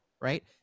right